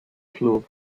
club